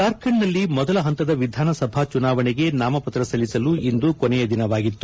ಜಾರ್ಖಂಡ್ನಲ್ಲಿ ಮೊದಲ ಹಂತದ ವಿಧಾನಸಭಾ ಚುನಾವಣೆಗೆ ನಾಮಪತ್ರ ಸಲ್ಲಿಸಲು ಇಂದು ಕಡೆಯ ದಿನವಾಗಿತ್ತು